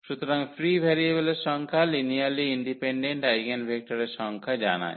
সুতরাং ফ্রি ভেরিয়েবলের সংখ্যা লিনিয়ারলি ইন্ডিপেনডেন্ট আইগেনভেক্টরের সংখ্যা জানায়